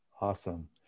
awesome